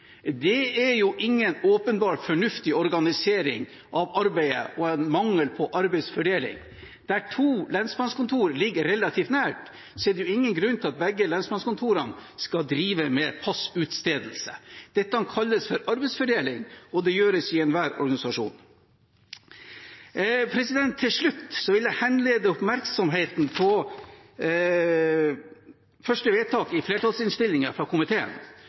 Det er ikke en åpenbart fornuftig organisering av arbeidet, snarere et uttrykk for en mangel på arbeidsfordeling. Der to lensmannskontor ligger relativt nær hverandre, er det ingen grunn til at begge lensmannskontorene skal drive med passutstedelse. Dette kalles «arbeidsfordeling», og det gjøres i enhver organisasjon. Til slutt vil jeg henlede oppmerksomheten på komiteens tilråding til romertall I